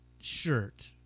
shirt